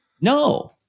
no